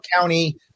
County